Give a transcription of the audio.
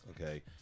okay